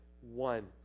one